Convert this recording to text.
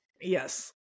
yes